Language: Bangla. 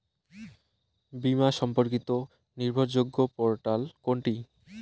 বীমা সম্পর্কিত নির্ভরযোগ্য পোর্টাল কোনটি?